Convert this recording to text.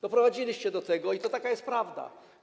Doprowadziliście do tego i taka jest prawda.